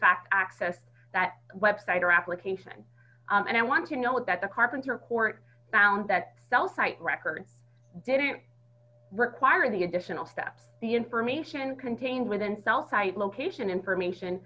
fact access that web site or application and i want to know what that the carpenter court found that cell site records didn't require the additional steps the information contained within south site location information